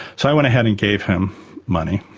so i went ahead and gave him money,